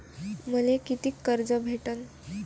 मले कितीक कर्ज भेटन?